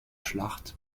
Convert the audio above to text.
schlacht